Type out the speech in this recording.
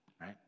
right